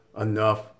enough